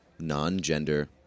non-gender